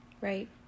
Right